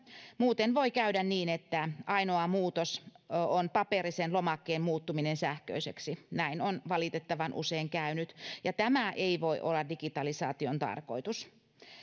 muuten voi käydä niin että ainoa muutos on paperisen lomakkeen muuttuminen sähköiseksi näin on valitettavan usein käynyt tämä ei voi olla digitalisaation tarkoitus